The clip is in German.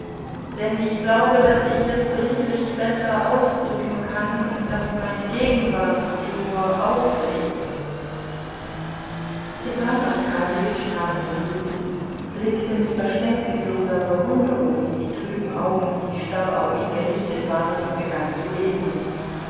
denn ich glaube daß ich es brieflich besser ausdrücken kann und daß meine gegenwart sie nur aufregt stepan arkadjewitsch nahm den brief blickte mit verständnisloser verwunderung in die trüben augen die starr auf ihn gerichtet waren und begann zu lesen